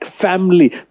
family